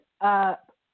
up